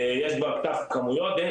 יש כבר כתב כמויות.